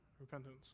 repentance